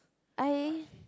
I